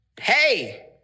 hey